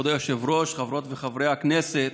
כבוד היושב-ראש, חברות וחברי הכנסת,